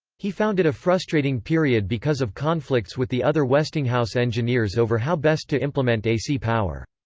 he found it a frustrating period because of conflicts with the other westinghouse engineers over how best to implement ac power.